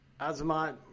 Azamat